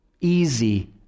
Easy